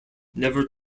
never